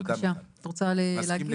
בבקשה, את רוצה להגיב?